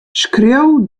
skriuw